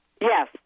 Yes